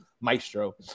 maestro